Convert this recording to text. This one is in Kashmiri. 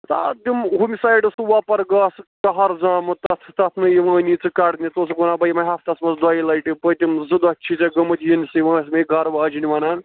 ہوٚمہِ سایڈٕ سُہ وۄپَر گاسہٕ قہر زامُت تَتھ تَتھ نہٕ یِوٲنی ژٕ کَڑنہِ ژٕ اوسُکھ وَنان بہٕ یِمٔے ہَفتَس منٛز دۄیہِ لَٹہِ پٔتِم زٕ دۄہ چھی ژےٚ گٔمِتۍ یِنسٕے وۄنۍ ٲس مےٚ یہِ گھرٕ واجِنۍ وَنان